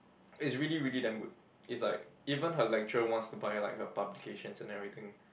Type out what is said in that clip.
it's really really damn good it's like even her lecturer wants to buy like her publications and everything